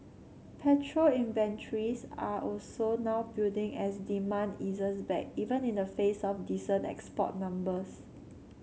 petrol inventories are also now building as demand eases back even in the face of decent export numbers